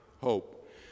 hope